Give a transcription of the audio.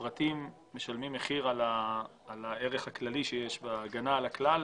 הפרטים משלמים מחיר על הערך הכללי שיש בהגנה על הכלל.